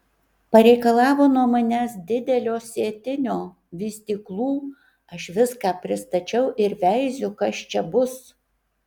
pareikalavo nuo manęs didelio sėtinio vystyklų aš viską pristačiau ir veiziu kas čia bus